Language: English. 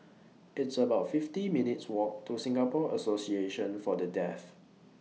It's about fifty minutes' Walk to Singapore Association For The Deaf